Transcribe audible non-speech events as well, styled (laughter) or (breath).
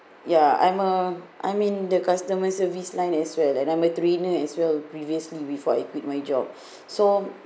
ya I'm uh I mean the customer service line is bad and I'm a trainer as well previously before I quit my job (breath) so